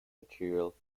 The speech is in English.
material